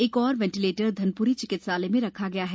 एक और वेंटीलेटर धनप्री चिकित्सालय में रखा गया है